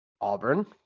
Auburn